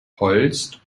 holst